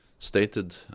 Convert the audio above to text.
stated